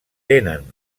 tenen